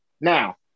Now